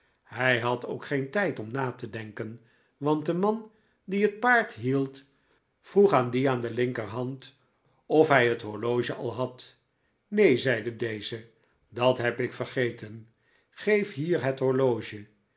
hij had ook geen tijd om na te denken want de man die het paard hield vroeg aan dien aan de linkerhand of hij het horloge al had neen zeide deze dat heb ik vergeten geef hier het horloge